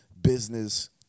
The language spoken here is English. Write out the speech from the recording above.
business